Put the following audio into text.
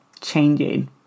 changing